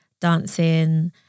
dancing